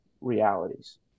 realities